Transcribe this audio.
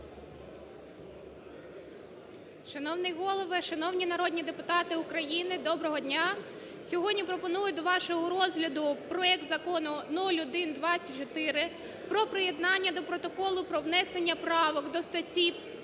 Шановний Голово, шановні народні депутати України, доброго дня! Сьогодні пропоную до вашого розгляду проект закону 0124 про приєднання до Протоколу про внесення правок до статті